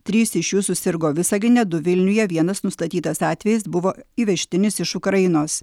trys iš jų susirgo visagine du vilniuje vienas nustatytas atvejis buvo įvežtinis iš ukrainos